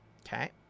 Okay